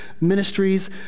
ministries